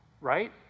Right